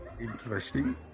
Interesting